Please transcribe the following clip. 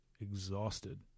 exhausted